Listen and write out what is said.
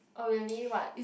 oh really what